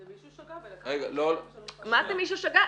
זה מישהו שגה --- מה זה מישהו שגה?